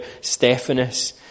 Stephanus